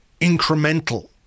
incremental